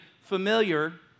familiar